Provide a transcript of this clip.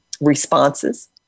responses